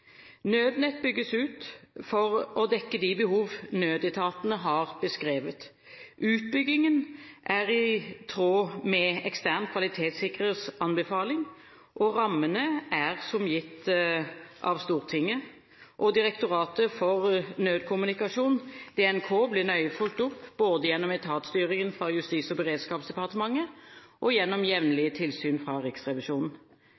Nødnett bygges ut for å dekke de behov nødetatene har beskrevet. Utbyggingen er i tråd med ekstern kvalitetssikrers anbefaling, og rammene er som gitt av Stortinget. Direktoratet for nødkommunikasjon, DNK, blir nøye fulgt opp, både gjennom etatsstyringen fra Justis- og beredskapsdepartementet og